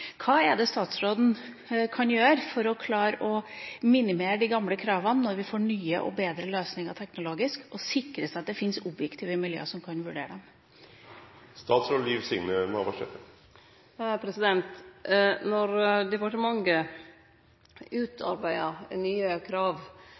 Hva er det statsråden kan gjøre for å minimere de gamle kravene når vi får nye og bedre løsninger teknologisk, og å sikre at det finnes objektive miljøer som kan vurdere dem?